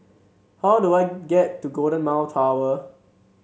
how do I get to Golden Mile Tower